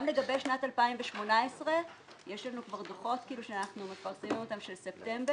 גם לגבי שנת 2018 יש לנו כבר דוחות שאנחנו מפרסמים אותם של ספטמבר.